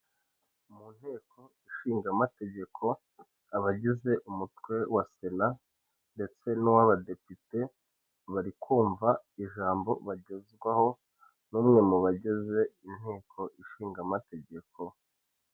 Muntekonshingamategeko, abagize umutwe wa sena, ndetse nuw'abadepite, barikumva ijambo bagezwaho, n'umwe mubagize intekonshingamategeko.